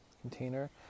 container